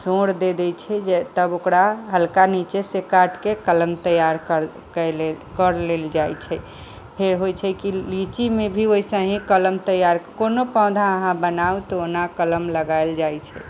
सौर दय दै छै जे तब ओकरा हल्का नीचे से काट के कलम तैयार कयले कर लेल जाइ छै फेर होइ छै की लीची मे भी वैसे ही कलम तैयार कोनो पौधा आहाँ बनाउ तऽ ओना कलम लगायल जाइ छै